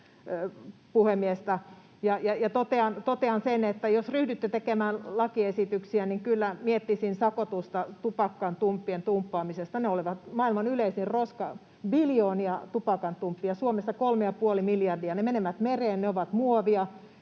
totean sen, että jos ryhdytte tekemään lakiesityksiä, niin kyllä miettisin sakotusta tupakantumppien tumppaamisesta. Ne ovat maailman yleisin roska: biljoonia tupakantumppeja, Suomessa 3,5 miljardia. Ne menevät mereen, ne ovat muovia,